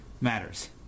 matters